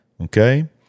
okay